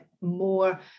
more